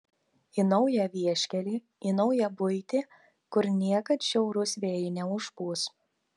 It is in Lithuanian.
į naują vieškelį į naują buitį kur niekad šiaurūs vėjai neužpūs